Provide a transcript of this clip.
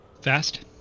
Fast